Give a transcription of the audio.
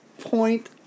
point